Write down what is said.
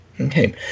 Okay